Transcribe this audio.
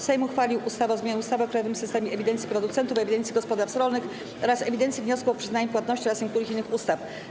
Sejm uchwalił ustawę o zmianie ustawy o krajowym systemie ewidencji producentów, ewidencji gospodarstw rolnych oraz ewidencji wniosków o przyznanie płatności oraz niektórych innych ustaw.